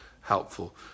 helpful